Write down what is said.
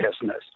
business